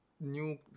new